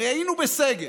הרי היינו בסגר,